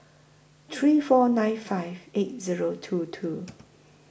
three four nine five eight Zero two two